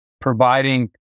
providing